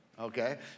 Okay